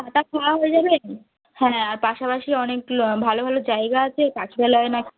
চা টা খাওয়া হয়ে যাবে হ্যাঁ আর পাশাপাশি অনেকগুলো ভালো ভালো জায়গা আছে তাজবেলায় না